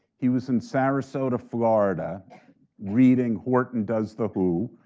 he was in sarasota, florida reading horton does the who,